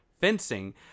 fencing